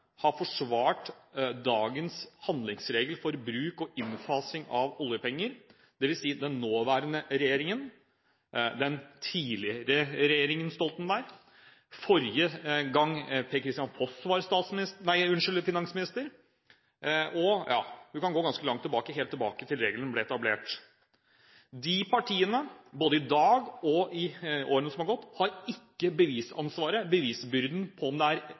har forsvart dagens handlingsregel for bruk og innfasing av oljepenger, dvs. den nåværende regjeringen, den tidligere regjeringen Stoltenberg, Per-Kristian Foss da han var finansminister – ja, du kan gå ganske langt tilbake, helt tilbake til regelen ble etablert – de partiene, i dag og i årene som har gått, har ikke bevisansvaret, bevisbyrden, for om det er